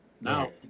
Now